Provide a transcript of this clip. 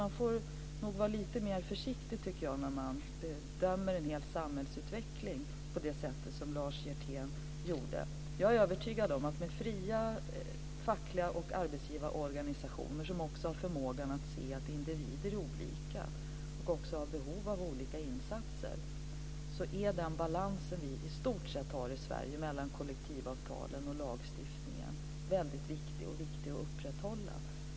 Man får nog vara lite mer försiktig, tycker jag, när man dömer en hel samhällsutveckling på det sätt som Jag är övertygad om att den balans vi i stort sett har i Sverige mellan kollektivavtalen och lagstiftningen, med fria fackliga organisationer och arbetsgivarorganisationer som har förmågan att se att individer är olika och har behov av olika insatser, är väldigt viktig att upprätthålla.